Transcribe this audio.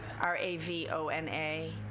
R-A-V-O-N-A